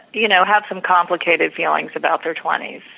you know, have some complicated feelings about their twenty s.